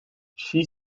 she